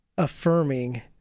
affirming